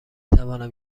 توانم